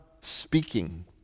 speaking